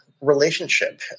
relationship